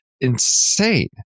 insane